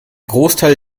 großteil